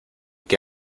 qué